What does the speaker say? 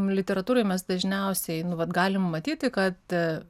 literatūroj mes dažniausiai nu vat galim matyti kad